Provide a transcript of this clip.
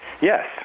yes